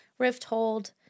Rifthold